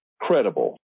credible